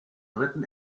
dritten